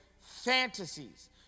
fantasies